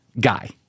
Guy